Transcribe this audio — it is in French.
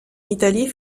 italie